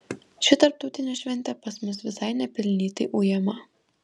ši tarptautinė šventė pas mus visai nepelnytai ujama